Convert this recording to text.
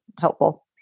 helpful